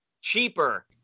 cheaper